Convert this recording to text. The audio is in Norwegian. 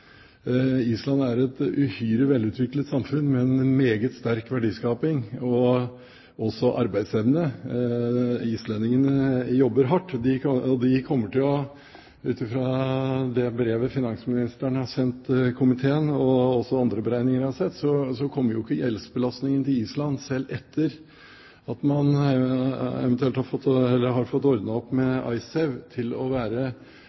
Island er et uhyre velutviklet samfunn med en meget sterk verdiskaping og arbeidsevne. Islendingene jobber hardt, og ifølge brevet finansministeren har sendt komiteen, og også andre beregninger jeg har sett, kommer ikke gjeldsbelastningen til Island, selv etter at man har fått ordnet opp med IceSave, til å være avskrekkende i forhold til hva mange andre land har. Så det er viktig å